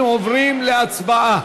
אנחנו עוברים להצבעה.